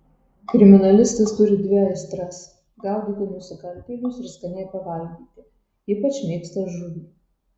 kriminalistas turi dvi aistras gaudyti nusikaltėlius ir skaniai pavalgyti ypač mėgsta žuvį